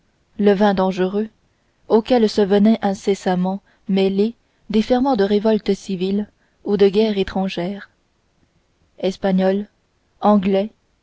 calvinisme levain dangereux auquel se venaient incessamment mêler des ferments de révolte civile ou de guerre étrangère espagnols anglais